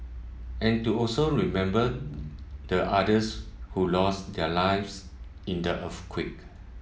and to also remember the others who lost their lives in the earthquake